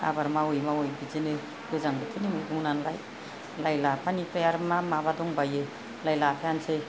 आबाद मावै मावै बिदिनो गोजां बोथोरनि मैगं नालाय लाइ लाफानिफ्राय आरो मा माबा दंबायो लाइ लाफायानोसै